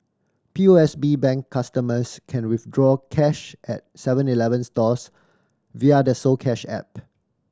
P O S B Bank customers can withdraw cash at Seven Eleven stores via the soCash app